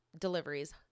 deliveries